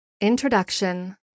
Introduction